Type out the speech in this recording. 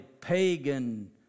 Pagan